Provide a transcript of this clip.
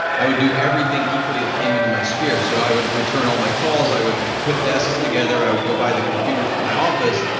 i would do everything equally that came into my sphere. so i would return all my calls, i would put desks together, i would go buy the computers for my office.